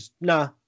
nah